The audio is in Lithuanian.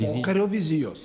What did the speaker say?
pokario vizijos